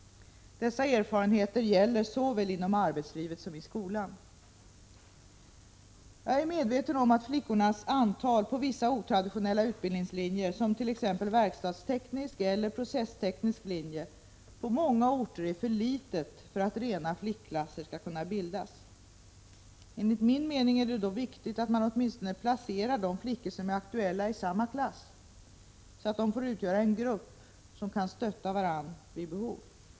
Dessa erfarenheter gäller såväl inom arbetslivet som i skolan. Jag är medveten om att flickornas antal på vissa otraditionella utbildningslinjer, t.ex. verkstadsteknisk eller processteknisk linje, på många orter är för litet för att rena flickklasser skall kunna bildas. Enligt min mening är det då viktigt att man åtminstone placerar de flickor som finns i samma klass, så att de får utgöra en grupp som kan stötta varandra vid behov.